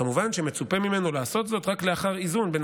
כמובן שמצופה ממנו לעשות זאת רק לאחר איזון בין